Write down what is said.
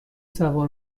سوار